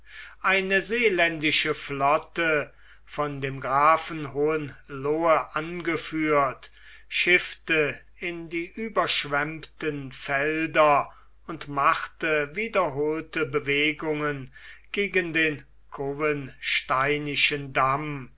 eine seeländische flotte von dem grafen hohenlohe angeführt schiffte in die überschwemmten felder und machte wiederholte bewegungen gegen den cowensteinischen damm